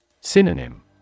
Synonym